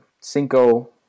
Cinco